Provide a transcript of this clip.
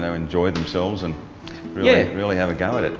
so enjoy themselves and yeah really have a go at it.